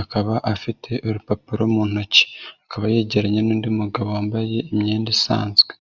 akaba afite urupapuro mu ntoki, akaba yegeranye n'undi mugabo wambaye imyenda isanzwe.